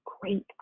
great